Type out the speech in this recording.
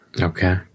Okay